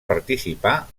participar